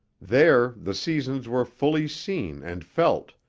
there the seasons were fully seen and felt,